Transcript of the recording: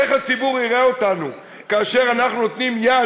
איך הציבור יראה אותנו כאשר אנחנו נותנים יד,